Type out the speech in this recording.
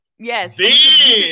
Yes